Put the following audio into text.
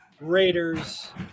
Raiders